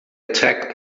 attacked